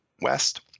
west